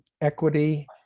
equity